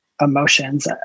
emotions